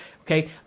okay